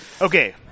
Okay